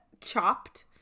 Chopped